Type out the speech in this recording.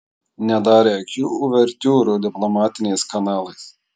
nedarė jokių uvertiūrų diplomatiniais kanalais